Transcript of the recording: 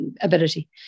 ability